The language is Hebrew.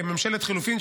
ממשלת חילופים,